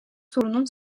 sorunun